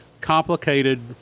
complicated